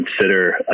consider